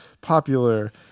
popular